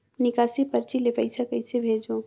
निकासी परची ले पईसा कइसे भेजों?